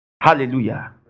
Hallelujah